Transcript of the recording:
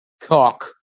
Cock